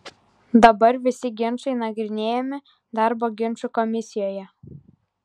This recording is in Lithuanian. dabar visi ginčai nagrinėjami darbo ginčų komisijoje